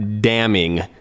damning